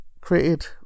created